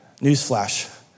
newsflash